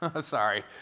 Sorry